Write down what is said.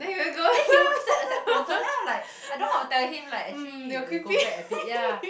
then he will step a step closer then I'm like I don't know how to tell him like actually you have to go back a bit ya